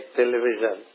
television